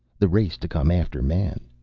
the race to come after man.